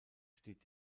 steht